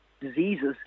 diseases